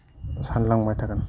सानलांबाय थागोन